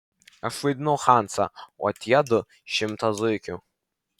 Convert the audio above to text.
aš vaidinau hansą o tie du šimtą zuikių